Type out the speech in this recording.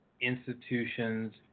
institutions